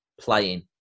Playing